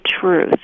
truth